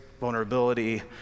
vulnerability